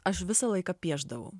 aš visą laiką piešdavau